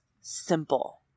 simple